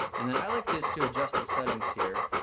and then i like to is to adjust the settings here.